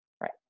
Right